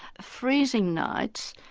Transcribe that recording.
freezing nights,